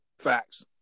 Facts